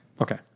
Okay